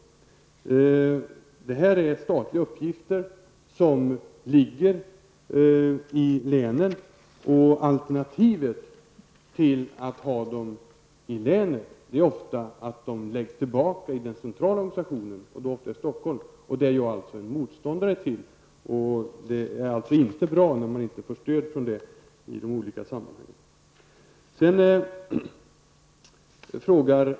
I detta sammanhang handlar det om statliga uppgifter som ligger i länen. Alternativet till att ha dem i länen är ofta att de förs tillbaka till den centrala organisationen, ofta till Stockholm. Och det är jag motståndare till. Det är alltså inte bra när man inte får stöd för det i olika sammanhang.